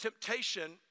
temptation